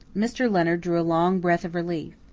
mr. leonard drew a long breath of relief.